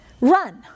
Run